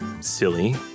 silly